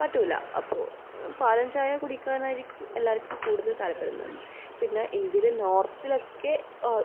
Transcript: പറ്റൂല്ല അപ്പോൾ പാലുംചായ കുടിക്കാനായിരിക്കും എല്ലവർക്കും കൂടുതലും താൽപ്പര്യം പിന്നെ ഇന്ത്യയിൽ നോർത്തിലൊക്കെ